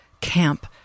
camp